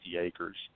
acres –